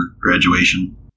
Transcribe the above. graduation